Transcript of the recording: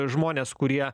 žmonės kurie